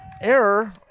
error